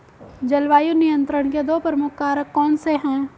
जलवायु नियंत्रण के दो प्रमुख कारक कौन से हैं?